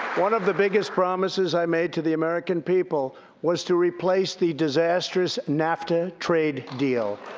one of the biggest promises i made to the american people was to replace the disastrous nafta trade deal.